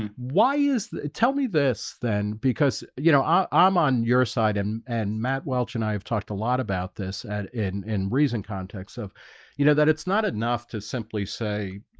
and why is tell me this then because you know, i i'm on your side and and matt welch and i have talked a lot about this at in in reason context of you know that it's not enough to simply say,